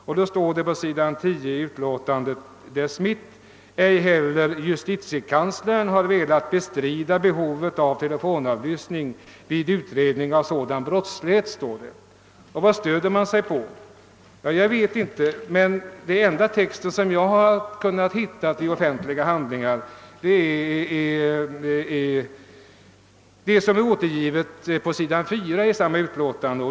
På mitten av sidan 10 i utskottsutlåtandet står det följande: »Ej heller justitiekanslern har velat bestrida behovet av telefonavlyssning vid utredning av sådan brottslighet.» Vad stöder man sig på? Jag vet inte, men det enda i texten som jag kunnat hitta i offentliga handlingar är det som återges på sidan 4 i samma utlåtande.